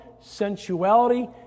sensuality